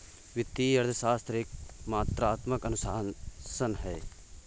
वित्तीय अर्थशास्त्र एक मात्रात्मक अनुशासन है